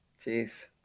Jeez